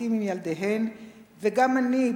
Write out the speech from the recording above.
לעתים עם ילדיהן// וגם אני,